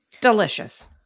Delicious